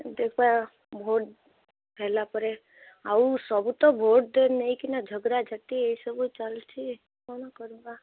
ଦେଖବା ଭୋଟ ହେଲା ପରେ ଆଉ ସବୁ ତ ଭୋଟ ନେଇକି ନା ଝଗଡ଼ା ଝାଟି ଏସବୁ ଚାଲିଛି କ'ଣ କରିବା